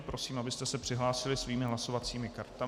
Prosím, abyste se přihlásili svými hlasovacími kartami.